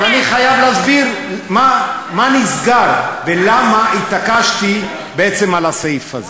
אז אני חייב להסביר מה נסגר ולמה התעקשתי בעצם על הסעיף הזה.